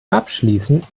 abschließend